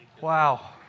Wow